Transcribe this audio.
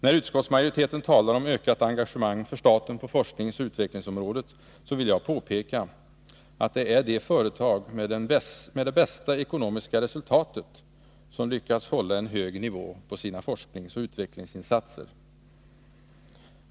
När utskottsmajoriteten talar om ökat engagemang för staten på forskningsoch utvecklingsområdet, vill jag påpeka att det är företag med det bästa ekonomiska resultatet som har lyckats hålla en hög nivå på sina forskningsoch utvecklingsinsatser.